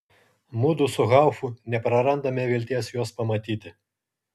mudu su haufu neprarandame vilties juos pamatyti